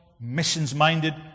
missions-minded